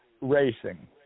racing